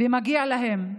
ומגיע להם,